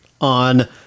on